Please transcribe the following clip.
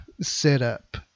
setup